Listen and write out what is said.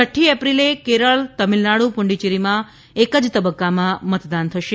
છઠ્ઠી એપ્રિલે કેરળ તમિળનાડુ પુડુચ્ચેરીમાં એક જ તબક્ક્કામાં મતદાન થશે